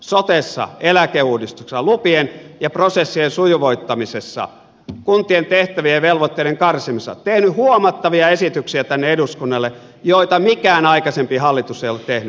sotessa eläkeuudistuksessa lupien ja prosessien sujuvoittamisessa kuntien tehtävien ja velvoitteiden karsimisessa huomattavia esityksiä tänne eduskunnalle joita mikään aikaisempi hallitus ei ole tehnyt